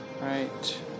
Right